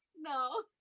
No